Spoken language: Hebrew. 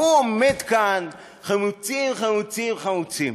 והוא עומד כאן: חמוצים, חמוצים, חמוצים.